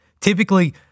Typically